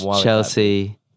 Chelsea